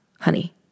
honey